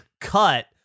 cut